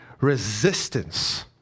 resistance